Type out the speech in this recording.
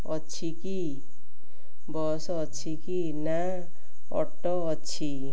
ଅଛି କି ବସ୍ ଅଛି କି ନା ଅଟୋ ଅଛି